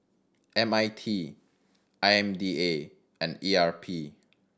M I T I M D A and E R P